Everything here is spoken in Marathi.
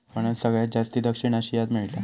फणस सगळ्यात जास्ती दक्षिण आशियात मेळता